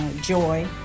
joy